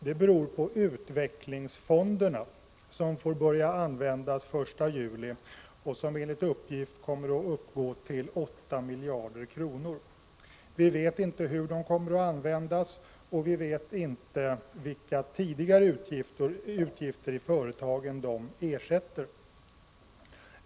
Det beror på förnyelsefonderna, som får börja användas den 1 juli och som enligt uppgift kommer att uppgå till 8 miljarder kronor. Vi vet inte hur de kommer att användas, och vi vet inte vilka tidigare utgifter i företagen som de ersätter.